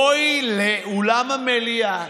בואי לאולם המליאה,